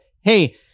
hey